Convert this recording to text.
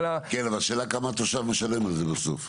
השאלה כמה התושב משלם על זה בסוף.